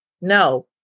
no